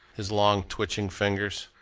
his long, twitching fingers.